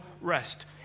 rest